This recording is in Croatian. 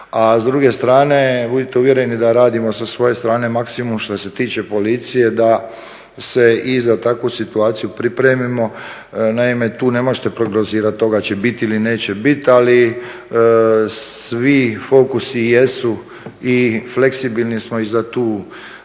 A s druge strane budite uvjereni da radimo sa svoje strane maksimum što se tiče policije da se i za takvu situaciju pripremimo. Naime, tu ne možete prognozirati, toga će biti ili neće biti, ali svi fokusi jesu i fleksibilni smo i za taj